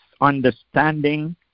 understanding